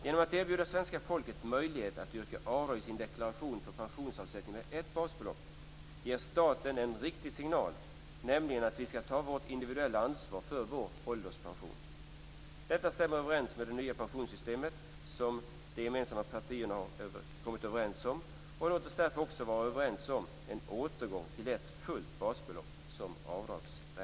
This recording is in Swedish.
Genom att erbjuda svenska folket möjlighet att yrka avdrag i sin deklaration för pensionsavsättning med ett basbelopp ger staten en riktig signal, nämligen att vi skall ta vårt individuella ansvar för vår ålderspension. Detta stämmer överens med det nya pensionssystemet, som fem partier gemensamt har kommit överens om. Låt oss därför också vara överens om en återgång till rätten att dra av ett fullt basbelopp.